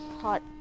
hot